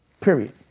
Period